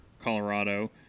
Colorado